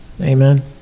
Amen